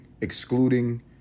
excluding